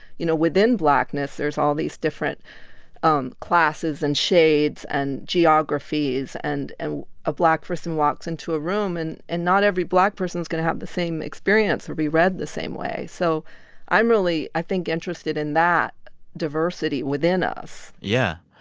you know, within blackness, there's all these different um classes and shades and geographies. and a black person walks into a room, and and not every black person is going to have the same experience or be read the same way. so i'm really, i think, interested in that diversity within us yeah,